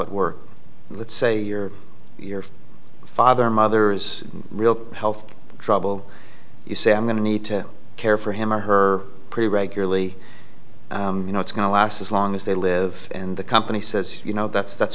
it works let's say your your father mother's real health trouble you say i'm going to need to care for him or her pretty regularly you know it's going to last as long as they live and the company says you know that's that's